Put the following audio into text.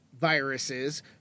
viruses